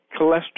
cholesterol